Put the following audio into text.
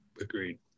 Agreed